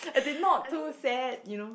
as in not too sad you know